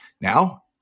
Now